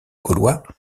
gaulois